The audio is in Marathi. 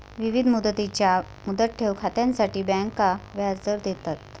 विविध मुदतींच्या मुदत ठेव खात्यांसाठी बँका व्याजदर देतात